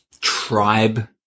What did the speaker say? tribe